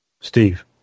Steve